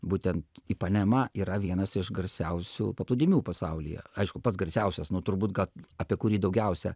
būtent ipanema yra vienas iš garsiausių paplūdimių pasaulyje aišku pats garsiausias nu turbūt gal apie kurį daugiausia